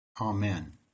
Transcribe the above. Amen